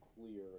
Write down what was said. clear